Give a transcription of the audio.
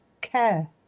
care